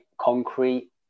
concrete